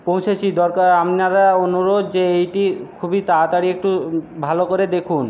পৌঁছেছি দরকার আপনারা অনুরোধ যে এইটি খুবই তাড়াতাড়ি একটু ভালো করে দেখুন